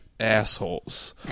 assholes